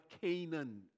Canaan